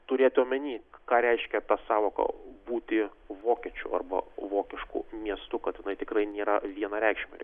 turėt omeny ką reiškia sąvoka būti vokiečių arba vokišku miestu kad tikrai nėra vienareikšmiai